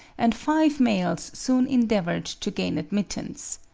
and five males soon endeavoured to gain admittance.